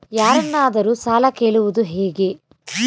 ಯಾರನ್ನಾದರೂ ಸಾಲ ಕೇಳುವುದು ಹೇಗೆ?